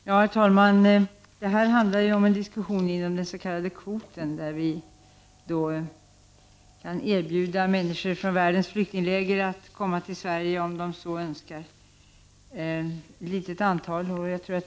Herr talman! Det här har blivit en diskussion inom den s.k. kvoten, där vi kan erbjuda ett litet antal människor från världens olika flyktingläger att komma till Sverige om de så önskar.